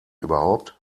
überhaupt